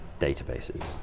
databases